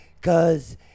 Cause